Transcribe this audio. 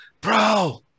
bro